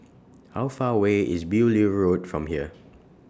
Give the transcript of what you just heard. How Far away IS Beaulieu Road from here